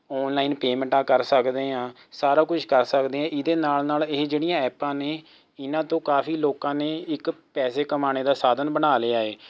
online ਪੇਮੈਂਟਾਂ ਕਰ ਸਕਦੇ ਹਾਂ ਸਾਰਾ ਕੁਛ ਕਰ ਸਕਦੇ ਹਾਂ ਇਹਦੇ ਨਾਲ ਨਾਲ ਇਹ ਜਿਹੜੀਆਂ ਐਪਾਂ ਨੇ ਇਹਨਾਂ ਤੋਂ ਕਾਫੀ ਲੋਕਾਂ ਨੇ ਇੱਕ ਪੈਸੇ ਕਮਾਉਣ ਦਾ ਇੱਕ ਸਾਧਨ ਬਣਾ ਲਿਆ ਹੈ